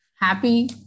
happy